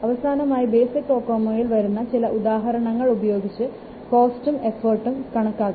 അവസാനമായി basic COCOMO യിൽ വരുന്ന ചില ഉദാഹരണങ്ങൾ ഉപയോഗിച്ച് കോസ്റ്റും എഫർട്ടും കണക്കാക്കി